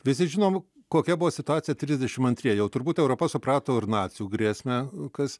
visi žinom kokia buvo situacija trisdešim antrieji jau turbūt europa suprato ir nacių grėsmę kas